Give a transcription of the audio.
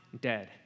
dead